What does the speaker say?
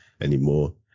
anymore